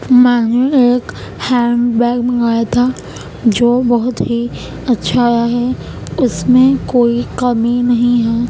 میں نے ایک ہینڈ بیگ منگایا تھا جو بہت ہی اچھا آیا ہے اس میں کوئی کمی نہیں ہے